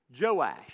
Joash